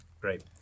Great